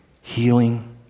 healing